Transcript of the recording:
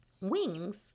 wings